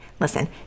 Listen